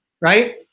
right